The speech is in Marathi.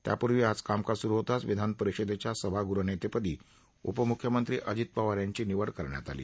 त्यापूर्वी आज कामकाज सुरू होताच विधानपरिषदेच्या सभागृहनेतेपदी उपमुख्यमंत्री अजित पवार यांची निवड करण्यात आली